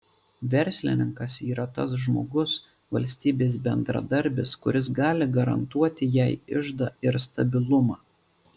verslininkas yra tas žmogus valstybės bendradarbis kuris gali garantuoti jai iždą ir stabilumą